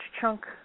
chunk